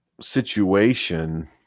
situation